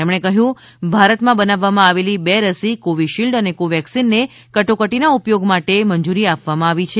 તેમણે કહ્યું કે ભારતમાં બનાવવામાં આવે લી બે રસી કોવિશિલ્ડ અને કોવેક્સિનને કટોકટીના ઉપયોગ માટે મંજૂરી આપવામાં આવી છે